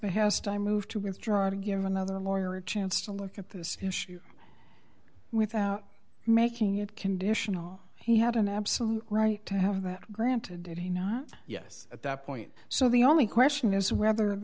behest i moved to withdraw to give another lawyer a chance to look at this issue without making it conditional he had an absolute right to have that granted did he not yes at that point so the only question is whe